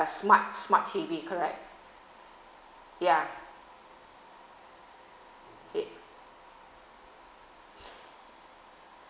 smart smart T_V correct ya it